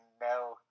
no